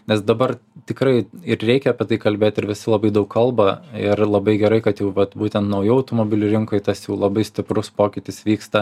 nes dabar tikrai ir reikia apie tai kalbėti ir visi labai daug kalba ir labai gerai kad jau vat būtent naujų automobilių rinkoj tas jau labai stiprus pokytis vyksta